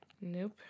Nope